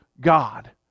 god